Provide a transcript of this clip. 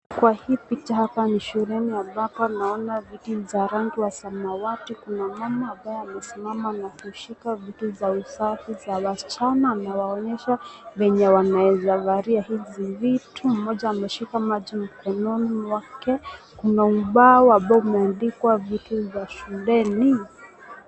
Kwa hii picha hapa ni shule ambapo naona viti ni za rangi samawati. Kuna mama ambaye amesimama na kushika vitu za usafi za wasichana na kuwaonyesha venye wanaweza valia hizi vitu. Mmoja ameshika maji mkononi mwake kuna ubao ambao umeandikwa vitu vya shuleni.